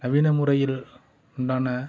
நவீன முறையில் உண்டான